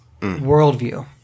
worldview